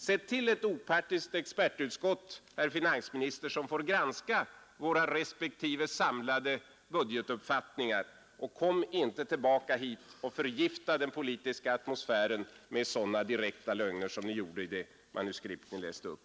Sätt till en opartisk expertutredning, herr finansminister, som får granska våra respektive samlade budgetuppfattningar och kom inte tillbaka hit och förgifta den politiska atmosfären med sådana direkta lögner som i det manuskript ni läste upp.